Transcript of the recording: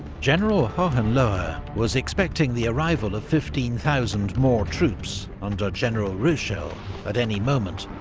general hohenlohe was expecting the arrival of fifteen thousand more troops under general ruchel at any moment.